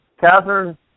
Catherine